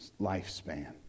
lifespan